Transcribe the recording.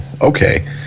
okay